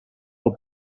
del